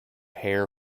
hair